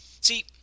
See